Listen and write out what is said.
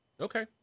Okay